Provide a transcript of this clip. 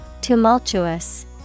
Tumultuous